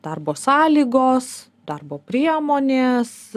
darbo sąlygos darbo priemonės